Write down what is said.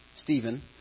Stephen